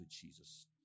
Jesus